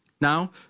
Now